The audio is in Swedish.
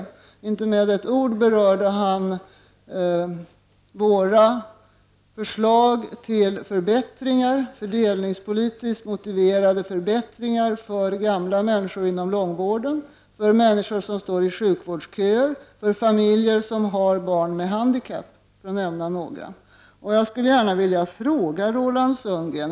Han berörde inte med ett ord våra förslag till fördelningspolitiskt motiverade förbättringar för gamla människor inom långvården, människor som står i sjukvårdsköer och familjer som har barn med handikapp, för att nämna några grupper.